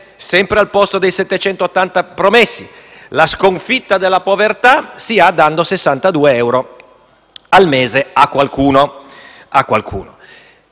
(sempre al posto dei 780 promessi). La sconfitta della povertà si ha dando 62 euro al mese a qualcuno.